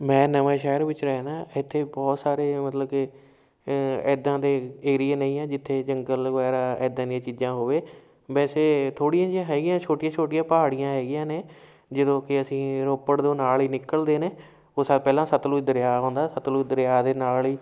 ਮੈਂ ਨਵਾਂ ਸ਼ਹਿਰ ਵਿੱਚ ਰਹਿੰਦਾ ਇੱਥੇ ਬਹੁਤ ਸਾਰੇ ਮਤਲਬ ਕਿ ਇੱਦਾਂ ਦੇ ਏਰੀਏ ਨਹੀਂ ਹੈ ਜਿੱਥੇ ਜੰਗਲ ਵਗੈਰਾ ਇੱਦਾਂ ਦੀਆਂ ਚੀਜ਼ਾਂ ਹੋਵੇ ਵੈਸੇ ਥੋੜ੍ਹੀਆਂ ਜਿਹੀਆਂ ਹੈਗੀਆਂ ਛੋਟੀਆਂ ਛੋਟੀਆਂ ਪਹਾੜੀਆਂ ਹੈਗੀਆਂ ਨੇ ਜਦੋਂ ਕਿ ਅਸੀਂ ਰੋਪੜ ਤੋਂ ਨਾਲ ਹੀ ਨਿਕਲਦੇ ਨੇ ਉਹ ਸਾ ਪਹਿਲਾਂ ਸਤਲੁਜ ਦਰਿਆ ਆਉਂਦਾ ਸਤਲੁਜ ਦਰਿਆ ਦੇ ਨਾਲ ਹੀ